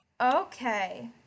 Okay